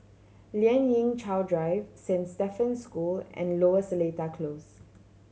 Lien Ying Chow Drive Saint Stephen's School and Lower Seletar Close